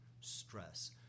stress